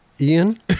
Ian